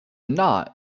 knot